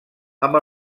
amb